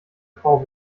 frau